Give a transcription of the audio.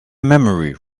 memory